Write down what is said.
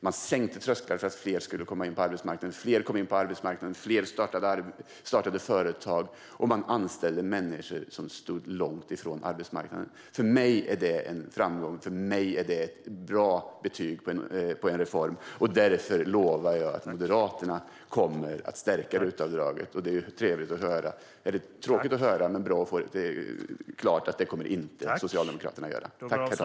Vi sänkte trösklar för att fler skulle komma in på arbetsmarknaden. Fler kom in på arbetsmarknaden, fler startade företag och människor som stod långt från arbetsmarknaden anställdes. För mig är detta en framgång. För mig är det ett bra betyg på en reform. Därför lovar jag att Moderaterna kommer att stärka RUT-avdraget. Det är tråkigt att höra men bra att få klargjort att det kommer Socialdemokraterna inte att göra.